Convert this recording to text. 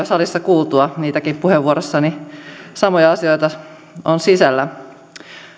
salissa kuultua niitäkin samoja asioita puheenvuorossani on sisällä